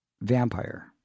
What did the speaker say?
vampire